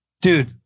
Dude